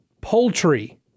Poultry